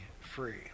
free